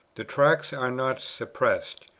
the tracts are not suppressed.